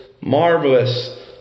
marvelous